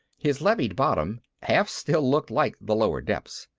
his levied bottom half still looked like the lower depths.